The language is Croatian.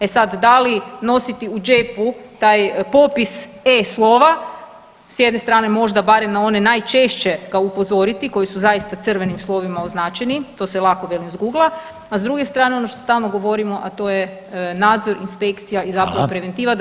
E sad, da li nositi u džepu taj popis E slova, s jedne strane možda barem na one najčešće ga upozoriti, koji su zaista crvenim slovima označeni, to se lako, velim, zgugla, a s druge strane, ono što stalno govorimo, a to je nadzor inspekcija i zapravo preventiva [[Upadica: Hvala.]] da